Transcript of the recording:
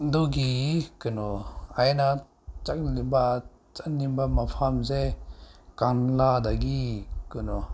ꯑꯗꯨꯒꯤ ꯀꯩꯅꯣ ꯑꯩꯅ ꯆꯪꯂꯤꯕ ꯆꯠꯅꯤꯡꯕ ꯃꯐꯝꯁꯦ ꯀꯪꯂꯥꯗꯒꯤ ꯀꯩꯅꯣ